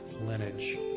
lineage